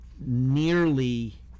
nearly